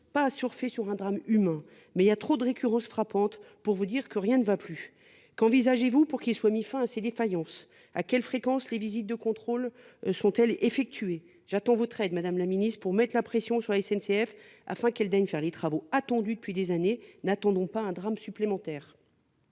pas à surfer sur un drame humain, mais le nombre des récurrences frappantes m'autorise à vous dire que rien ne va plus ! Qu'envisagez-vous pour qu'il soit mis fin à ces défaillances ? À quelle fréquence les visites de contrôle sont-elles effectuées ? J'attends votre aide, madame la ministre, pour mettre la pression sur la SNCF, afin qu'elle daigne faire les travaux attendus depuis des années. N'attendons pas un drame supplémentaire